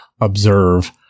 observe